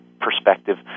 perspective